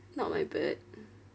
not my bird